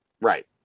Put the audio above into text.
Right